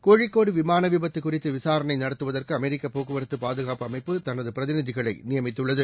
கோழிக்கோடுவிமானவிபத்துகறித்துவிசாரணைநடத்துவதற்குஅமெரிக்கபோக்குவரத்துபாதுகாப்பு அமைப்பு தனகபிரதிநிதிகளைநியமித்துள்ளது